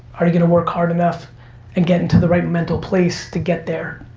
are you gonna work hard enough and get and to the right mental place to get there?